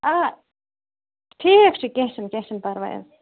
آ ٹھیٖک چھُ کیٚنٛہہ چھُ نہٕ کیٚنٛہہ چھُ نہٕ پرواے ادٕ